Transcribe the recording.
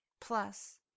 Plus